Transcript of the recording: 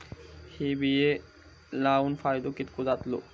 हे बिये लाऊन फायदो कितको जातलो?